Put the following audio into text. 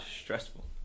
stressful